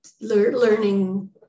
learning